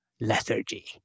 lethargy